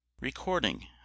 Recording